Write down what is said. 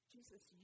Jesus